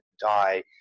die